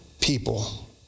people